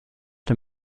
der